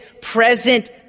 present